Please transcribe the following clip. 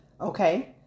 Okay